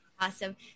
Awesome